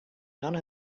none